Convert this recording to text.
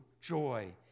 joy